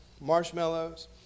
Marshmallows